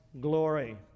glory